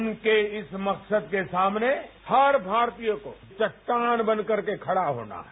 उनके इस मकसद के सामने हर भारतीय को चट्टान बन करके खड़ा होना है